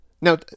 Now